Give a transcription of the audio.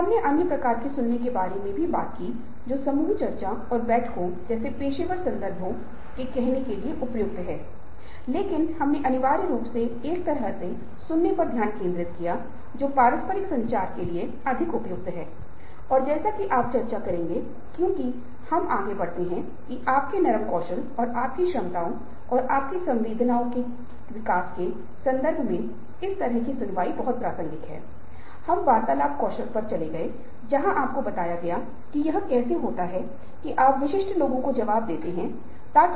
कुछ लोग कुछ असफलताओं के साथ वहाँ हैं वे निराश हो जाएंगे वे आक्रामक हो जाएंगे वे कुछ रक्षात्मक प्रतिक्रिया तंत्र दिखाएंगे लेकिन कुछ अन्य व्यक्ति ऐसे हैं जो असफलताओं के साथ फिर से प्रयास करेंगे जब तक कि वे सफलता तक नहीं पहुंच जाते और इसे कहा जाता है कार्यात्मक मुकाबला एक ऐसा व्यक्ति कार्यात्मक मुकाबला है जहाँ असफलता हताशा आक्रामकता से जुड़ी होती है दूसरे व्यक्ति के साथ पहचान उसके व्यवहार को सही ठहराने के लिए या उसके व्यवहार को तर्कसंगत बनाने के लिए सही कारण के मामले में गलत कारण बताकर और कुछ लोगों के एसे होते है जो लक्ष्य को मोड़ देंते है अगर मैं आईआईटी में प्रवेश नहीं कर सकता हूं तो मैं स्नातक करने के लिए कुछ अन्य कॉलेजों में जा सकता हूं